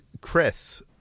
Chris